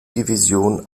division